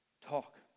Talk